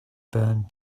burned